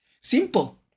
Simple